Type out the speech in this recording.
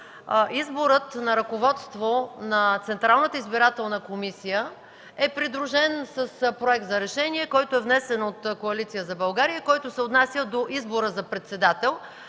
изборът на ръководство на Централната избирателна комисия е придружен с проект за решение, който е внесен от Коалиция за България и се отнася до избора на председател.